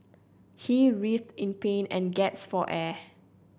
he writhed in pain and gasped for air